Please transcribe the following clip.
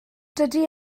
dydy